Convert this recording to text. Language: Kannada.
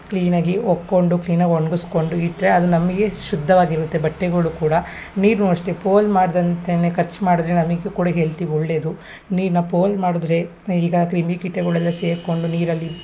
ಕ್ಲೀನಾಗಿ ಒಗ್ಕೊಂಡು ಕ್ಲೀನಾಗಿ ಒಣ್ಗಿಸ್ಕೊಂಡು ಇಟ್ಟರೆ ಅದು ನಮಗೆ ಶುದ್ಧವಾಗಿರುತ್ತೆ ಬಟ್ಟೆಗಳು ಕೂಡ ನೀರನ್ನೂ ಅಷ್ಟೇ ಪೋಲು ಮಾಡ್ದಂತೇ ಖರ್ಚು ಮಾಡಿದ್ರೆ ನಮಗೆ ಕೂಡ ಹೆಲ್ತಿಗೆ ಒಳ್ಳೆಯದು ನೀರನ್ನ ಪೋಲು ಮಾಡಿದ್ರೆ ಈಗ ಕ್ರಿಮಿ ಕೀಟಗಳೆಲ್ಲ ಸೇರಿಕೊಂಡು ನೀರಲ್ಲಿ